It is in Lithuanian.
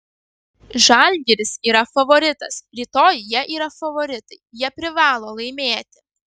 žalgiris yra favoritas rytoj jie yra favoritai jie privalo laimėti